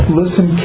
listen